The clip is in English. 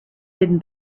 hidden